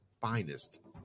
finest